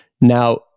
Now